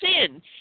sin